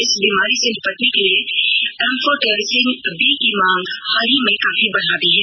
इस बीमारी से निपटने के लिए एम्फोटेरिसिन बी की मांग भी हाल ही में काफी बढ़ी है